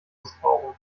missbrauchen